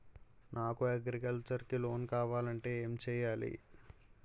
నాకు అగ్రికల్చర్ కి లోన్ కావాలంటే ఏం చేయాలి?